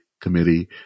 committee